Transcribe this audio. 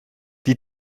die